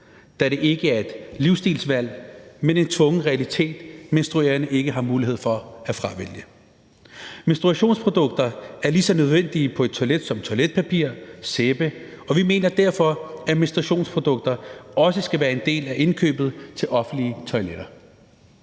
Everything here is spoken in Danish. da det ikke er et livsstilsvalg, men en tvungen realitet, menstruerende ikke har mulighed for at fravælge. Menstruationsprodukter er lige så nødvendige på et toilet som toiletpapir og sæbe, og vi mener derfor, at menstruationsprodukter også skal være en del af indkøbet til offentlige toiletter.